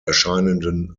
erscheinenden